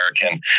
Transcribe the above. American